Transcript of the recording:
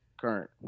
Current